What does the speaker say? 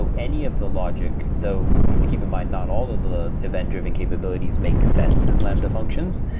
so any of the logic, though keep in mind not all of the event-driven capabilities make sense as lambda functions.